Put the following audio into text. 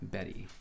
Betty